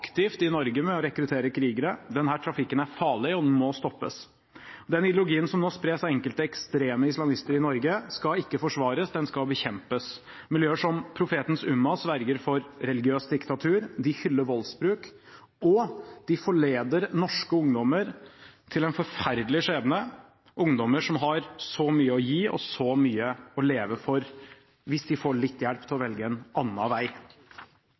aktivt i Norge med å rekruttere krigere. Denne trafikken er farlig, og den må stoppes. Den ideologien som nå spres av enkelte ekstreme islamister i Norge, skal ikke forsvares, den skal bekjempes. Miljøer som Profetens Ummah sverger til religiøst diktatur, de hyller voldsbruk, og de forleder norske ungdommer til en forferdelig skjebne – ungdommer som har så mye å gi og så mye å leve for, hvis de får litt hjelp til å velge en annen vei.